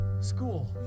school